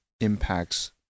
impacts